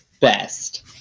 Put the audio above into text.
best